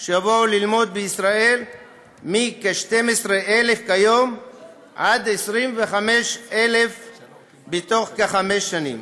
שיבואו ללמוד בישראל מכ-12,000 כיום עד 25,000 בתוך חמש שנים,